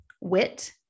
wit